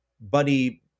buddy